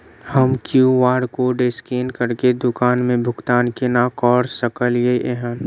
हम QR code scan करके दुकान मे भुगतान केना करऽ सकलिये एहन?